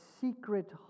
secret